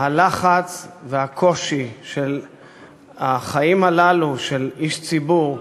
הלחץ והקושי של החיים הללו, של איש ציבור,